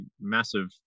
massive